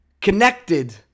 connected